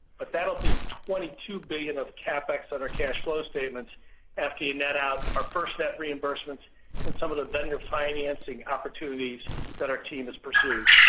but that'll be twenty two billion dollars of capex on our cash flow statements after you net out our firstnet reimbursements and some of the vendor financing opportunities that our team has pursued.